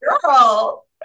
Girl